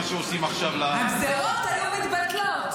מה שעושים עכשיו --- הגזרות היו מתבטלות,